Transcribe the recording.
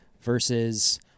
versus